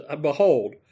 behold